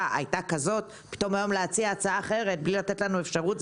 הייתה כזאת ופתאום היום להציע הצעה אחרת בלי לתת לנו אפשרות,